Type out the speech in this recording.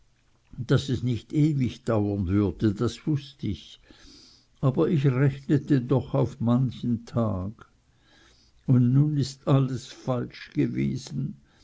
daß es nicht ewig dauern würde das wußt ich aber ich rechnete doch auf manchen tag und nun ist alles falsch gewesen